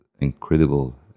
incredible